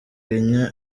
kenya